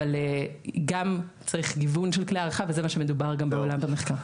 אבל גם צריך גיוון של כלי הערכה וזה מה שמדובר גם בעולם במחקר.